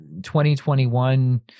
2021